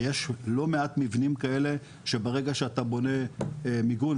ויש לא מעט מבנים כאלה שברגע שאתה בונה מיגון,